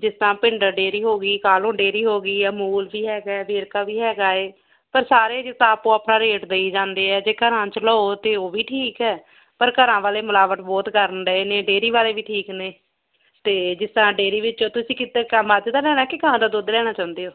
ਜਿਸ ਤਰ੍ਹਾਂ ਭਿੰਡਰ ਡੇਅਰੀ ਹੋਵੇਗੀ ਕਾਲ਼ੋ ਨੂੰ ਡੇਅਰੀ ਹੋਗੀ ਆਮੂਲ ਵੀ ਹੈਗਾ ਵੇਰਕਾ ਵੀ ਹੈਗਾ ਹੈ ਪਰ ਸਾਰੇ ਜਿਦਾ ਆਪੋ ਆਪਣਾ ਰੇਟ ਦਈ ਜਾਂਦੇ ਹੈ ਜੇ ਘਰਾਂ 'ਚੋ ਲੋ ਅਤੇ ਉਹ ਵੀ ਠੀਕ ਹੈ ਪਰ ਘਰਾਂ ਵਾਲ਼ੇ ਮਿਲਾਵਟ ਬਹੁਤ ਕਰ ਰਹੇ ਨੇ ਡੇਅਰੀ ਵਾਲ਼ੇ ਵੀ ਠੀਕ ਨੇ ਅਤੇ ਜਿਸ ਤਰ੍ਹਾਂ ਡੇਅਰੀ ਵਿੱਚੋਂ ਤੁਸੀਂ ਕਿਦਾ ਕ ਮੱਝ ਦਾ ਲੈਣਾ ਕਿ ਗਾਂ ਦਾ ਦੁੱਧ ਲੈਣਾ ਚਾਹੁੰਦੇ ਹੋ